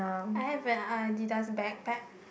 I have an Adidas backpack